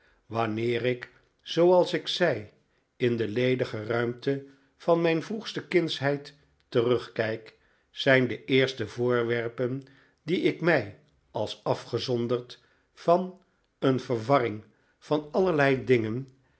wanneer ik zooals ik zei in de ledige ruimte van mijn vroegste kindsheid terugkijk zijn de eerste voorwerpen die ik mij als afgezonderd van een verwarring van allerlei dingen